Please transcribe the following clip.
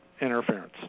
interference